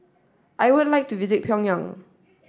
I would like to visit Pyongyang